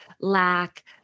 lack